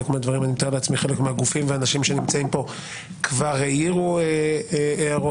אני מתאר לעצמי שחלק מהגופים והאנשים שנמצאים פה כבר העירו הערות,